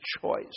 choice